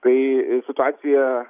tai situacija